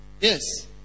Yes